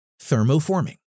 Thermoforming